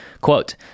quote